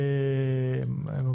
בתכנון ובנייה,